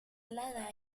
alada